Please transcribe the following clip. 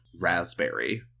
raspberry